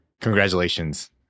Congratulations